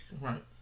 Right